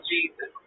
Jesus